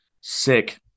Sick